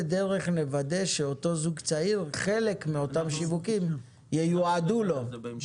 דרך נוודא שחלק מן השיווקים ייועדו לזוגות צעירים.